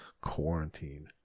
quarantine